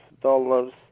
dollars